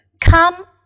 Come